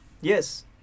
Yes